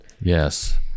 Yes